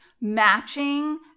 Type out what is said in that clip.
matching